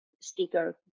sticker